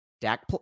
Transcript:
Dak